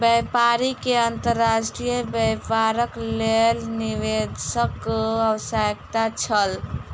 व्यापारी के अंतर्राष्ट्रीय व्यापारक लेल निवेशकक आवश्यकता छल